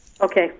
okay